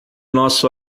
nosso